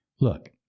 look